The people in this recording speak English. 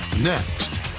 Next